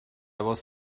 was